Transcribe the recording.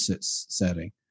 setting